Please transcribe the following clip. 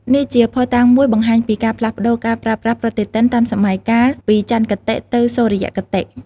នេះជាភស្តុតាងមួយបង្ហាញពីការផ្លាស់ប្តូរការប្រើប្រាស់ប្រតិទិនតាមសម័យកាល ពីចន្ទគតិទៅសុរិយគតិ។